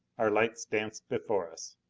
our lights danced before us.